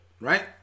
right